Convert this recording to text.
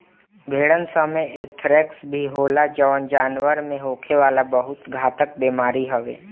भेड़सन में एंथ्रेक्स भी होला जवन जानवर में होखे वाला बहुत घातक बेमारी हवे